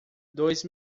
dois